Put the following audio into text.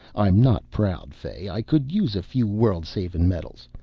i'm not proud, fay. i could use a few world-savin' medals.